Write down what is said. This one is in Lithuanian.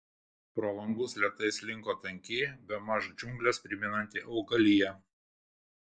pro langus lėtai slinko tanki bemaž džiungles primenanti augalija